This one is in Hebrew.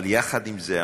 אבל יחד עם זה,